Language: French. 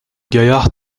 gaillard